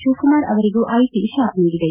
ಶಿವಕುಮಾರ್ ಅವರಿಗೂ IT shock ನೀಡಿದೆ